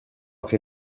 che